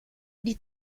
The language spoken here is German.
die